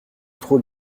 trop